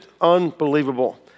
unbelievable